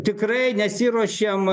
tikrai nesiruošiam